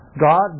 God